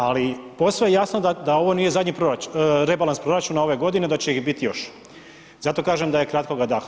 Ali posve je jasno da ovo nije zadnji rebalans proračuna ove godine, da će ih biti još, zato kažem da je kratkoga daha.